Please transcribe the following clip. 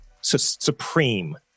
Supreme